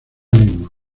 mismo